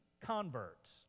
converts